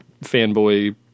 fanboy